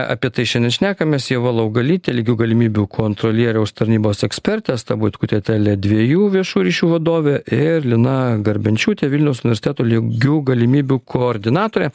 apie tai šiandien šnekamės ieva laugalytė lygių galimybių kontrolieriaus tarnybos ekspertė asta buitkutė tele dviejų viešųjų ryšių vadovė ir lina garbenčiūtė vilniaus universiteto lygių galimybių koordinatorė